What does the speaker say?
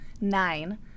nine